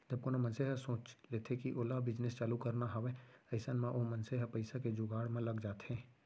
जब कोनो मनसे ह सोच लेथे कि ओला बिजनेस चालू करना हावय अइसन म ओ मनसे ह पइसा के जुगाड़ म लग जाथे